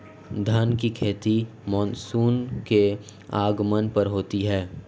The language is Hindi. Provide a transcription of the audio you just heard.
धान की खेती मानसून के आगमन पर होती है